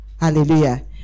Hallelujah